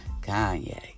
Kanye